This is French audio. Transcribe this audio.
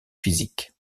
physiques